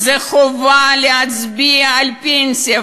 זה חובה להצביע על פנסיה,